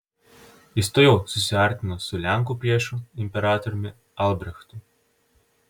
jis tuojau susiartino su lenkų priešu imperatoriumi albrechtu